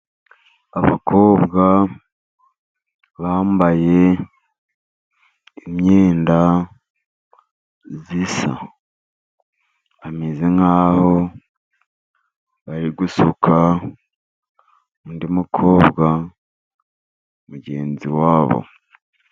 Abakobwa bambaye imyenda isa, bameze nk'aho bari gusuka undi mukobwa mugenzi wabo.